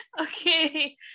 Okay